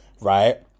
right